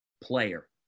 player